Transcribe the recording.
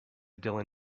dylan